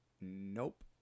nope